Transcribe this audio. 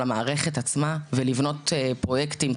למערכת עצמה ולבנות פרויקטים,